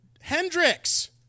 Hendrix